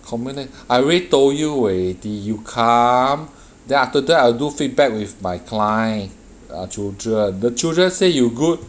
commencera~ I already told you already you come then after that I'll do feedback with my client children the children say you good